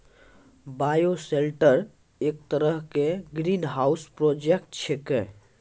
bioshelter एक तरह के ग्रीनहाउस प्रोजेक्ट छेकै